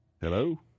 Hello